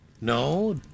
No